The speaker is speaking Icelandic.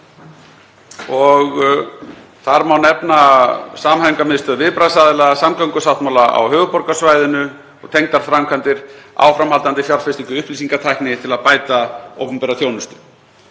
og þar má nefna Samhæfingarmiðstöð viðbragðsaðila, samgöngusáttmála á höfuðborgarsvæðinu og tengdar framkvæmdir, áframhaldandi fjárfestingu í upplýsingatækni til að bæta opinbera þjónustu.